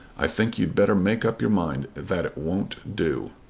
i think you'd better make up your mind that it won't do.